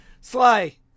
Sly